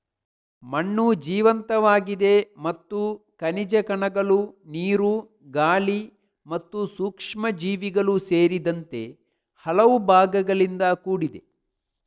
ಮಣ್ಣು ಜೀವಂತವಾಗಿದೆ ಮತ್ತು ಖನಿಜ ಕಣಗಳು, ನೀರು, ಗಾಳಿ ಮತ್ತು ಸೂಕ್ಷ್ಮಜೀವಿಗಳು ಸೇರಿದಂತೆ ಹಲವು ಭಾಗಗಳಿಂದ ಕೂಡಿದೆ